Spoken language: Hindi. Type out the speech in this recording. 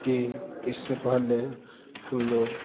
कि इससे पहले हम लोग